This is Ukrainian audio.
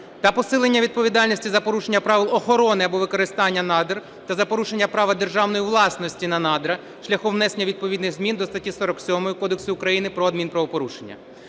та посилення відповідальності за порушення правил охорони або використання надр, та за порушення права державної власності на надра шляхом внесення відповідних змін до статті 47 Кодексу України про адмінправопорушення.